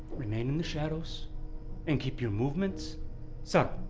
remain in the shadows and keep your movements subtle.